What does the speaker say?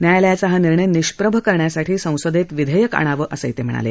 न्यायालयाचा हा निर्णय निष्प्रभ करण्यासाठी संसदेत विधेयक आणावं असंही ते म्हणाले